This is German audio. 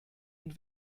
und